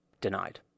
Denied